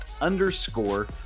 underscore